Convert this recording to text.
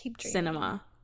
cinema